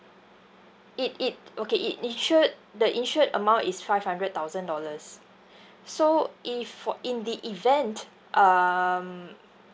it it okay it insured the insured amount is five hundred thousand dollars so if for in the event um